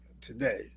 today